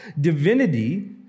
divinity